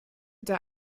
der